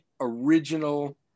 original